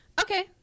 okay